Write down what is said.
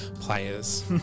players